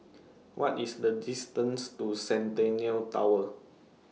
What IS The distance to Centennial Tower